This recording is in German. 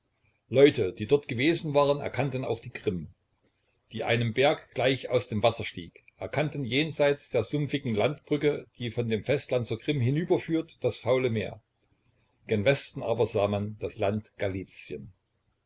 leute die dort gewesen waren erkannten auch die krim die einem berg gleich aus dem wasser stieg erkannten jenseits der sumpfigen landbrücke die von dem festland zur krim hinüberführt das faule meer gen westen aber sah man das land galizien